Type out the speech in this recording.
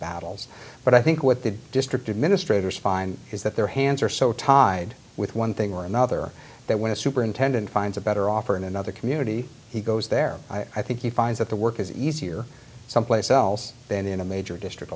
battles but i think what the district administrators find is that their hands are so tied with one thing or another that when a superintendent finds a better offer in another community he goes there i think he finds that the work is easier someplace else than in a major dis